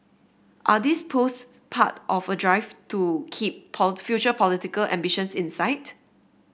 are these posts part of a drive to keep future political ambitions in sight